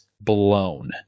blown